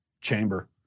chamber